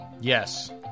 Yes